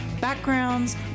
backgrounds